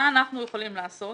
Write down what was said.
מה אנחנו יכולים לעשות